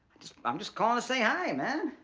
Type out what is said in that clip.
i'm just calling to say hi, man.